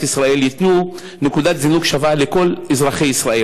ישראל ייתנו נקודת זינוק שווה לכל אזרחי ישראל.